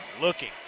looking